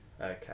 Okay